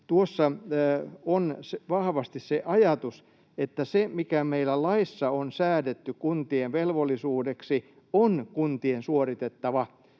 tuossa on vahvasti se ajatus, että se, mikä meillä laissa on säädetty kuntien velvollisuudeksi, on kuntien suoritettava.